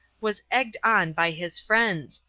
was egged on by his friends,